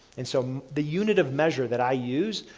and so, the unit of measure that i use,